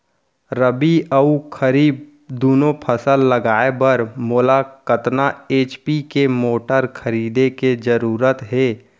रबि व खरीफ दुनो फसल लगाए बर मोला कतना एच.पी के मोटर खरीदे के जरूरत हे?